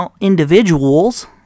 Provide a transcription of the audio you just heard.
individuals